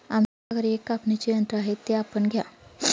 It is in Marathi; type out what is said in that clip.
आमच्या घरी एक कापणीचे यंत्र आहे ते आपण घ्या